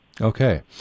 Okay